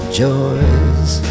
joys